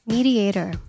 Mediator